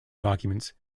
documents